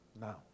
now